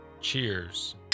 cheers